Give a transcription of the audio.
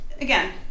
again